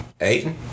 Aiden